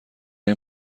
این